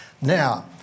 Now